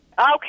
Okay